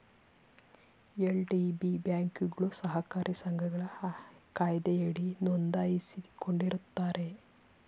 LDB ಬ್ಯಾಂಕ್ಗಳು ಸಹಕಾರಿ ಸಂಘಗಳ ಕಾಯ್ದೆಯಡಿ ನೊಂದಾಯಿಸಿಕೊಂಡಿರುತ್ತಾರೆ